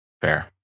fair